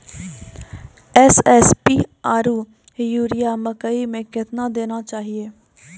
SSP आरु urea मकई मे कितना देना चाहिए?